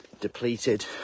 depleted